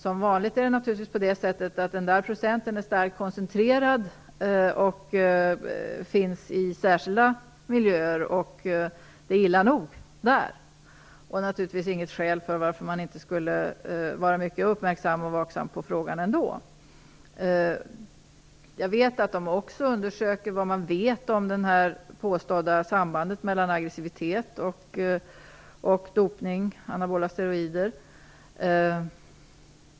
Som vanligt är det naturligtvis så att denna procent är starkt koncentrerad och finns i särskilda miljöer, och det är illa nog. Det är naturligtvis inget skäl för att man inte skulle vara mycket uppmärksam och vaksam på frågan. Jag vet att utredningen också undersöker det påstådda sambandet mellan aggressivitet och bruket av anabola steroider.